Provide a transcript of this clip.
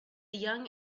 young